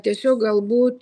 tiesiog galbūt